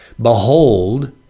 Behold